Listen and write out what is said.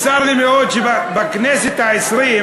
שבכנסת העשרים,